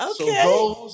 Okay